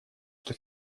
что